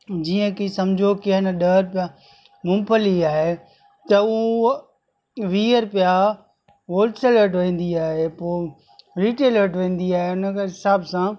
जीअं की सम्झो की न ॾह रुपया मूंगफली आहे त उहो वीह रुपया होलसेल वटि वेंदी आहे पोइ रीटेल वटि वेंदी आहे उन करे हिसाब सां